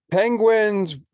Penguins